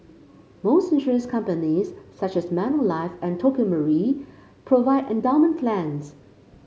most insurance companies such as Manulife and Tokio Marine provide endowment plans